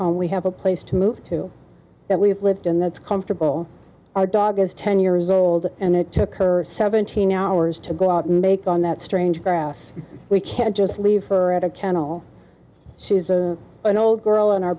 home we have a place to move to that we've lived in that's comfortable our dog is ten years old and it took her seventeen hours to go out make on that strange grass we can just leave her at a kennel she isn't an old girl in our